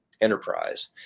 Enterprise